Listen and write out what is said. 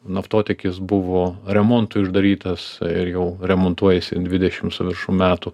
naftotiekis buvo remontui uždarytas ir jau remontuojasi dvidešimt su viršum metų